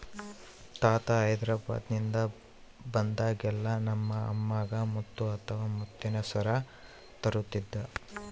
ತಾತ ಹೈದೆರಾಬಾದ್ನಿಂದ ಬಂದಾಗೆಲ್ಲ ನಮ್ಮ ಅಮ್ಮಗ ಮುತ್ತು ಇಲ್ಲ ಮುತ್ತಿನ ಸರ ತರುತ್ತಿದ್ದ